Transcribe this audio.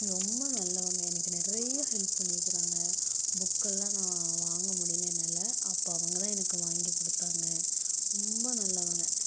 ரொம்ப நல்லவங்க எனக்கு நிறைய ஹெல்ப் பண்ணிக்கிறாங்க புக்கெலாம் நான் வாங்க முடியல என்னால் அப்போ அவங்கதான் எனக்கு வாங்கி கொடுத்தாங்க ரொம்ப நல்லவங்க